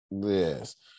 Yes